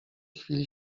chwili